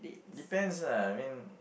depends lah I mean